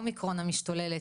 האומיקרון המשתוללת.